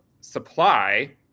supply